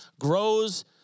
grows